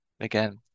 Again